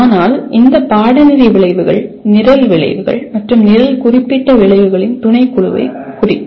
ஆனால் இந்த பாடநெறி விளைவுகள் நிரல் விளைவுகள் மற்றும் நிரல் குறிப்பிட்ட விளைவுகளின் துணைக்குழுவைக் குறிக்கும்